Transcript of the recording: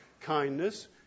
kindness